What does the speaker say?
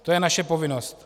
To je naše povinnost.